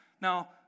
Now